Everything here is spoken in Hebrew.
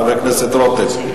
חבר הכנסת רותם.